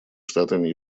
штатами